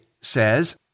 says